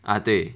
ah 对